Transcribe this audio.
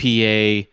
PA